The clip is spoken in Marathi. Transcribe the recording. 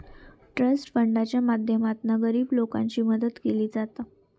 ट्रस्ट फंडाच्या माध्यमातना गरीब लोकांची मदत केली जाता